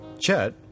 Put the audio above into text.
Chet